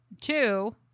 Two